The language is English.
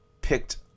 picked